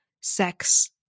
sex